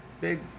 Big